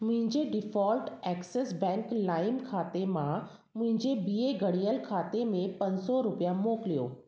मुंहिंजे default Axis bank लाइम खाते मां मुंहिंजे ॿिए ॻंढियल खाते में पंज सौ रुपिया मोकिलियो